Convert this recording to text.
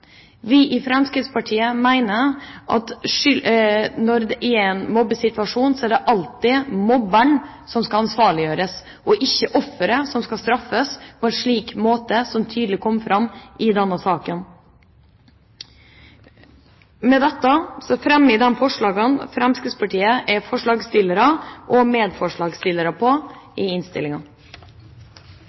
Vi i Fremskrittspartiet mener at når det er en mobbesituasjon, er det alltid mobberen som skal ansvarliggjøres, og ikke offeret som skal straffes på en slik måte som tydelig kom fram i denne saken. Med dette tar jeg opp de forslagene som Fremskrittspartiet er forslagsstiller eller medforslagsstiller til i